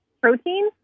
protein